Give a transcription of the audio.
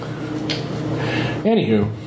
anywho